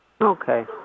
Okay